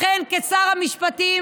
לכן, כשר המשפטים,